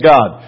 God